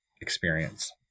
experience